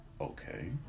Okay